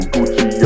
Gucci